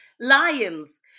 Lions